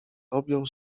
objął